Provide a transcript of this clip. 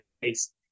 Face